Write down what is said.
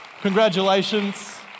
Congratulations